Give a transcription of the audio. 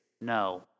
no